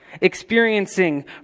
experiencing